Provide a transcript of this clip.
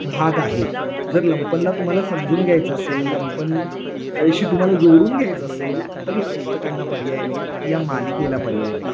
भाग आहे जर लंपनला तुम्हाला समजून घ्यायचं असेल लंपन शी तुम्हाला जोडून घ्यायचं असेल तर या पुस्तकांना पर्याय नाही या मालिकेला पर्याय नाही